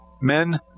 Men